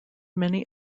many